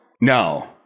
No